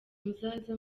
muzaze